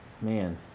Man